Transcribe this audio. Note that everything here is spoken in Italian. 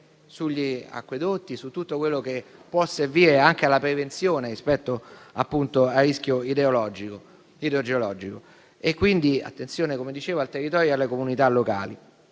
sugli acquedotti e su tutto quello che può servire anche alla prevenzione rispetto al rischio idrogeologico. Vi è quindi, come dicevo, attenzione al territorio e alle comunità locali.